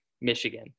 Michigan